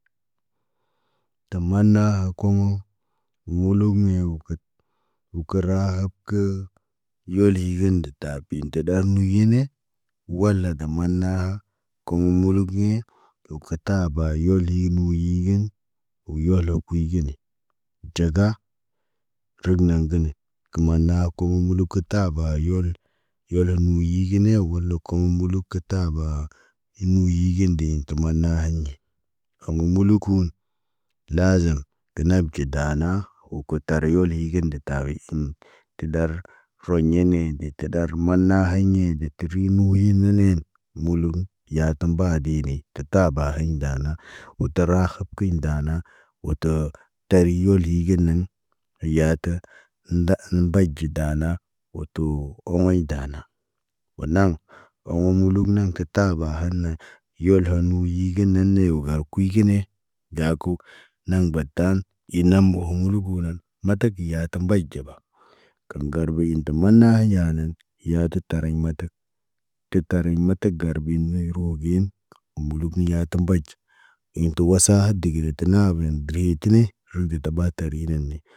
Tamana ha komoŋ, wulugmi wukət, wo kəraah kə. Yeli gin de tabin te ɗar nuyune Wala damana ha, Kom mulukiɲe, wo kiba yolii nuyigin. Wo yolok kuyu ge ne, ɟaga cəg naŋg gəne, komanda hakum muluk kə taaba yole. Yolen muyi gene woloko kommuluk kə taba. Hiin muyii ge den tə man na haɲe. Hamo mulukuun, lazim tə nab ki danaa, huku tari yoli higin nde ta tagi iɲ tə dar. Tərə ɲene de te ɗar mana haɲe de tirinu miina neen. Mulum, yatu bahadini, tə tabahaɲ dana, wo tara akhə kiɲ dana, wo tə teri yolhi genen. Hayatə, nda mbaɟi dana, wo tuu oŋgiɲ dana. Wo naŋg, omo muluk naŋg ka taba hanne, yelho muyiginen ne wo gal kuy gene. Daaku, naŋg batan ina moho muluku nan, mataki yatu mbac ɟaba. Kəŋgar ɓeyin tə mana hayanan, yaatu taraɲ matak. Tə tariɲ matak gar ɓe niw rugen, umuluk yatu mbac. In ti wasa diginiti naabən dərətine, ru de taɓa tari nen ni.